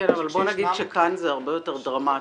כן, אבל בוא נגיד שכאן זה הרבה יותר דרמטי.